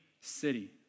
city